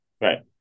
right